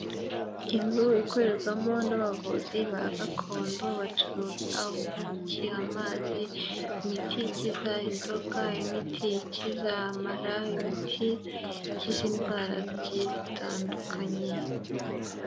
Inzu ikorerwamo n'abavuzi ba gakondo bacuruza ubuki, amazi, imiti ikiza inzoka, imiti ikiza amara, imiti ikiza indwara zigiye zitandukanye.